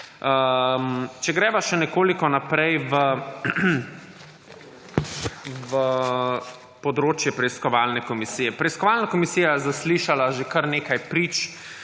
Če greva še nekoliko naprej v področje preiskovalne komisije. Preiskovalna komisija je zaslišala že kar nekaj prič,